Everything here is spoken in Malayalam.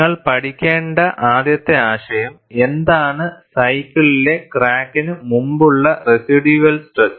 നിങ്ങൾ പഠിക്കേണ്ട ആദ്യത്തെ ആശയം എന്താണ് സൈക്കിളിലെ ക്രാക്കിന് മുമ്പുള്ള റെസിഡ്യൂവൽ സ്ട്രെസ്